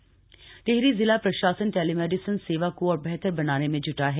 telemedicine सेवा टिहरी जिला प्रशासन टेलीमेडिसन सेवा को और बेहतर बनाने में ज्टा है